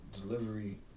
delivery